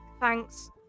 Thanks